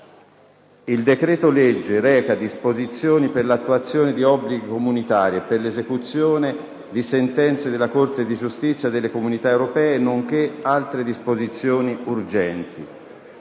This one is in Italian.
Il decreto-legge reca disposizioni per l'attuazione di obblighi comunitari e per l'esecuzione di sentenze della Corte di giustizia delle Comunità europee, nonché altre disposizioni urgenti.